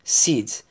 seeds